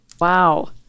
Wow